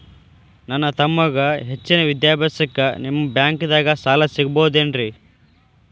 ನನ್ನ ತಮ್ಮಗ ಹೆಚ್ಚಿನ ವಿದ್ಯಾಭ್ಯಾಸಕ್ಕ ನಿಮ್ಮ ಬ್ಯಾಂಕ್ ದಾಗ ಸಾಲ ಸಿಗಬಹುದೇನ್ರಿ?